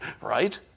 right